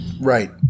Right